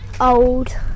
Old